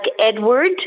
Edward